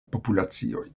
populacioj